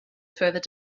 further